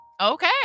Okay